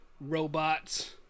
robots